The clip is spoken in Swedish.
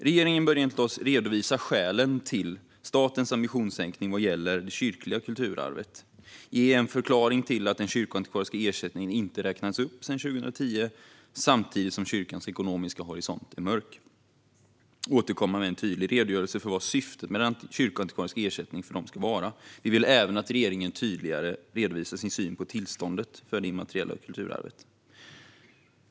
Regeringen bör enligt oss redovisa skälen till statens ambitionssänkning vad gäller det kyrkliga kulturarvet, ge en förklaring till att den kyrkoantikvariska ersättningen inte räknats upp sedan 2010 samtidigt som kyrkans ekonomiska horisont är mörk och återkomma med en tydligare redogörelse för vad syftet med den kyrkoantikvariska ersättningen ska vara. Vi vill även att regeringen tydligare redovisar sin syn på tillståndet för det immateriella kulturarvet.